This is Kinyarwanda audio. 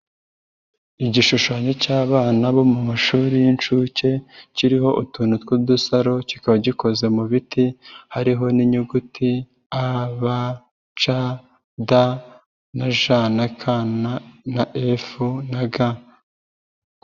Igishushanyo cy'abana bo mu mashuri y'inshuke, kiriho utuntu tw'udusaro kikaba gikoze mu biti, hariho n'inyuguti a b c d na j na k na efu na g.